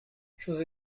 chose